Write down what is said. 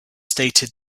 stated